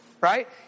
Right